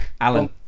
Alan